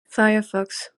firefox